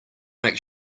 make